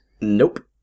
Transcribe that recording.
Nope